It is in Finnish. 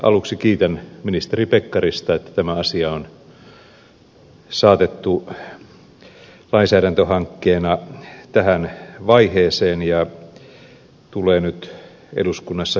aluksi kiitän ministeri pekkarista että tämä asia on saatettu lainsäädäntöhankkeena tähän vaiheeseen ja se tulee nyt eduskunnassa hyväksyttyä